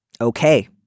okay